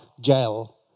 jail